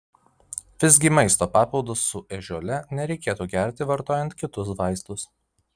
visgi maisto papildus su ežiuole nereikėtų gerti vartojant kitus vaistus